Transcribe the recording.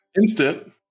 instant